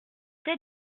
sept